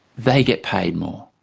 they get paid more.